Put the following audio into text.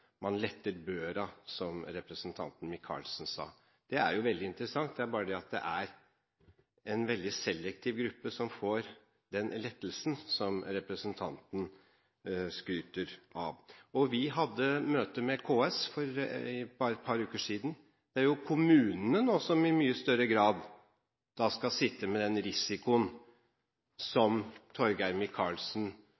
Man letter «børa», som representanten Micaelsen sa. Det er jo veldig interessant. Det er bare det at det er en veldig selektiv gruppe som får den lettelsen som representanten skryter av. Vi hadde møte med KS for bare et par uker siden. Det er jo kommunene nå som i mye større grad skal sitte med den risikoen